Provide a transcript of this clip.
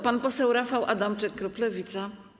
Pan poseł Rafał Adamczyk, klub Lewica.